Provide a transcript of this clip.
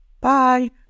bye